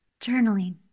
Journaling